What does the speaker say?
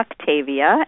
Octavia